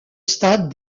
stade